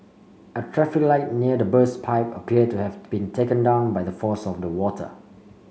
a traffic light near the burst pipe appeared to have been taken down by the force of the water